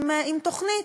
עם תוכנית,